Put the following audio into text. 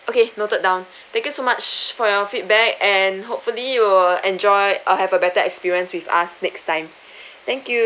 okay noted down thank you so much for your feedback and hopefully you will enjoy or have a better experience with us next time thank you